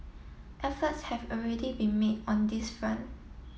efforts have already been made on this front